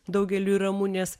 daugeliui ramunės